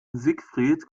siegfried